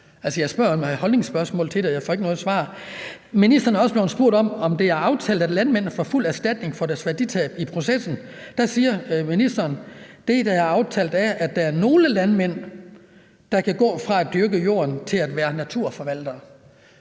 Jeg spørger om holdningen til det, og jeg får ikke noget svar. Ministeren er også blevet spurgt om, om det er aftalt, at landmændene får fuld erstatning for deres værditab i processen. Der siger ministeren: »Det, der er aftalt, det er, at der er nogle landmænd, der skal gå fra at dyrke jorden og til at være naturforvaltere.«